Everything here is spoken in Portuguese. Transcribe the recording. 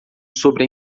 sobre